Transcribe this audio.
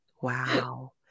Wow